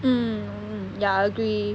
um ya I agree